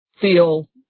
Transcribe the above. feel